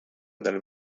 dal